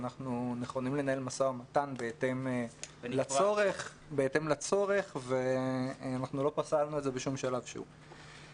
אנחנו נכונים לנהל משא-ומתן בהתאם לצורך ולא פסלנו את זה בשום שלב שהוא.